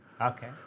Okay